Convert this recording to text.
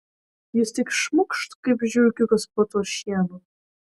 jis tik šmukšt kaip žiurkiukas po tuo šienu